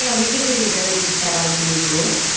you know we give you the ability to set all of these rules,